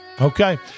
Okay